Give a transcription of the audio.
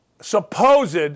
supposed